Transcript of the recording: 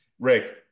rick